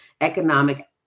economic